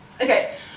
Okay